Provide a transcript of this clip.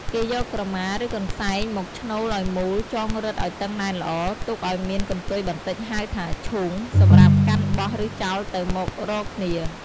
គេយកក្រមារឺកន្សែងមកឆ្នូលអោយមូលចងរិតអោយតឹងណែនល្អ ទុកអោយមានកន្ទុយបន្ដិចហៅថា «ឈូង» សំរាប់កាន់បោះរឺចោលទៅមករកគ្នា។